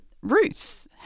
Ruth